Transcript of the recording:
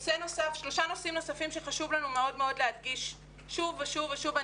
שלושה נושאים נוספים שחשוב לנו מאוד מאוד להדגיש שוב ושוב ושוב,